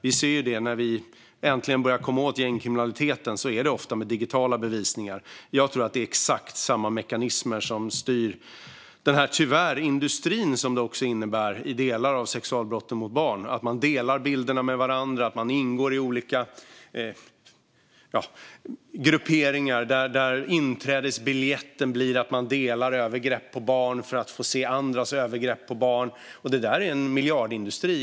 Vi ser att när vi äntligen börjar komma åt gängkriminaliteten sker det genom digital bevisning. Jag tror att det är exakt samma mekanismer som styr den industri som delar av sexualbrotten mot barn tyvärr innebär. Man delar bilderna med varandra. Man ingår i olika grupperingar där inträdesbiljetten blir att man delar övergrepp på barn för att få se andras övergrepp på barn. Det där är en internationell miljardindustri.